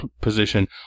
position